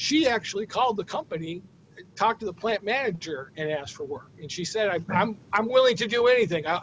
she actually called the company talked to the plant manager and asked for work and she said i'm i'm willing to do anything i